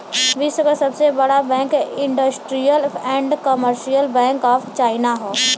विश्व क सबसे बड़ा bank industrial and commercial bank of China हौ